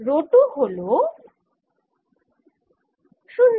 rho 2 হল 0